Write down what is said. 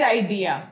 idea